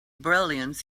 brilliance